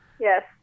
Yes